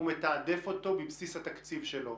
הוא מתעדף אותו בבסיס התקציב שלו.